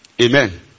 Amen